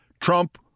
Trump